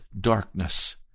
darkness